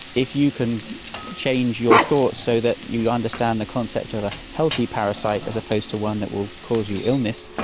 if you can change your thoughts so that you understand the concept of a healthy parasite as opposed to one that will cause you illness,